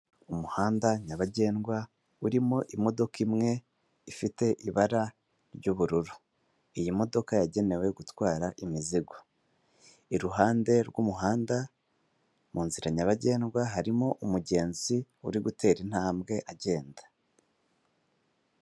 Umuhanda nyabagendwa urimo imodoka imwe ifite ibara ry'ubururu, iyi modoka yagenewe gutwara imizigo. Iruhande rw'umuhanda munzira nyabagendwa harimo umugenzi uri gutera intambwe agenda.